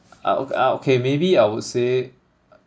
I ok~ I okay maybe I would say